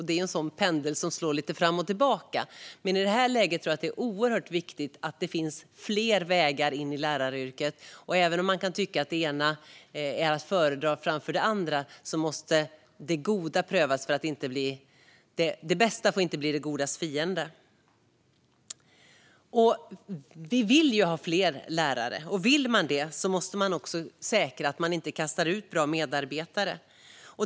Det är en sådan pendel som slår fram och tillbaka, men i det här läget tror jag att det är oerhört viktigt att det finns fler vägar in i läraryrket. Även om man kan tycka att det ena är att föredra framför det andra får det bästa inte bli det godas fiende. Vi vill ju ha fler lärare, och vill man det måste man också säkra att man inte kastar ut bra medarbetare.